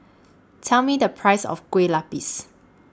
Tell Me The Price of Kueh Lupis